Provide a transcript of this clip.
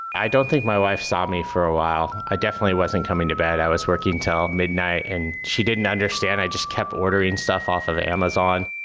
i don't think my wife saw me for a while. i definitely wasn't coming to bed, i was working til midnight. and she didn't understand, i just kept ordering stuff off of amazon.